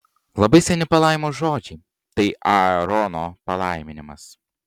labai seni palaimos žodžiai tai aarono palaiminimas